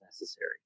necessary